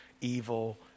evil